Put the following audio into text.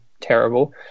terrible